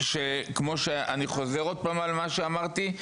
כמו שאני חוזר עוד פעם על מה שאמרתי,